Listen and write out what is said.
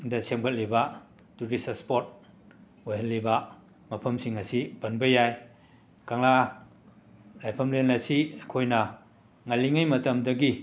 ꯗ ꯁꯦꯝꯒꯠꯂꯤꯕ tourist spot ꯑꯣꯏꯍꯜꯂꯤꯕ ꯃꯐꯝꯁꯤꯡ ꯑꯁꯤ ꯄꯟꯕ ꯌꯥꯏ ꯀꯪꯂꯥ ꯂꯥꯏꯐꯝꯂꯦꯟ ꯑꯁꯤ ꯑꯩꯈꯣꯏꯅ ꯉꯜꯂꯤꯉꯩ ꯃꯇꯝꯗꯒꯤ